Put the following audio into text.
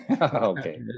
Okay